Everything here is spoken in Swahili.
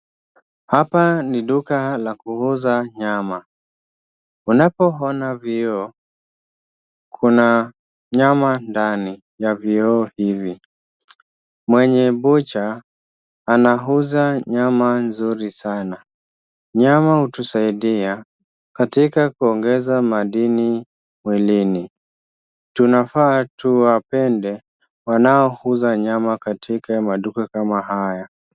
Hapa ni duka la kuuza nyama. Unapoona vioo, kuna nyama ndani ya vioo hivi. Mwenye bucha anauza nyama nzuri sana. Nyama hutusaidia katika kuongeza madini mwilini. Tunafaa tuwapende wanaouza nyama katika maduka kama haya.